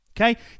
Okay